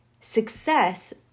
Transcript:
success